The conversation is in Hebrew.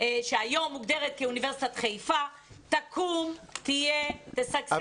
שהיום מוגדרת כאוניברסיטת חיפה תקום ותשגשג.